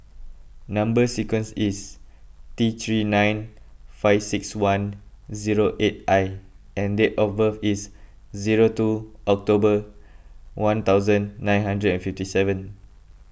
Number Sequence is T three nine five six one zero eight I and date of birth is zero two October one thousand nine hundred and fifty seven